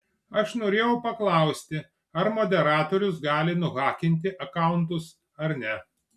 aš norėjau paklausti ar moderatorius gali nuhakinti akauntus ar ne